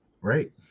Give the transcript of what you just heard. Right